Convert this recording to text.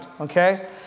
okay